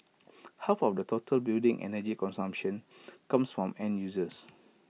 half of the total building energy consumption comes from end users